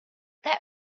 that